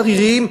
עריריים,